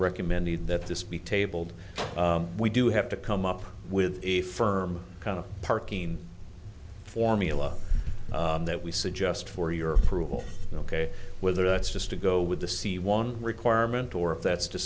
recommended that this be tabled we do have to come up with a firm kind of parking formula that we suggest for your approval ok whether that's just to go with the c one requirement or if that's to